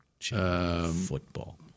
Football